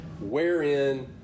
wherein